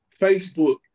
Facebook